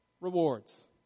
rewards